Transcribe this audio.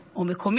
או מקומית,